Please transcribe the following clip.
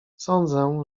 sądzę